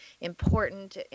important